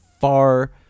far